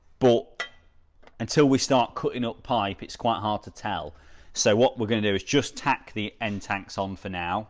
but until we start cutting up pipe. it's quite hard to tell so what we're going to do is just take the end tanks on for now